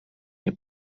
nie